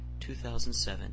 2007